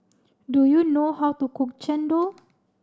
do you know how to cook Chendol